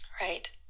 right